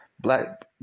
black